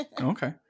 Okay